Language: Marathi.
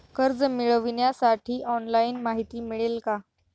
कर्ज मिळविण्यासाठी ऑनलाइन माहिती मिळेल का?